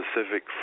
specific